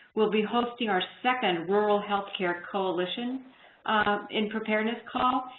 we'll be hosting our second rural healthcare coalitions and preparedness call.